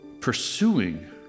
pursuing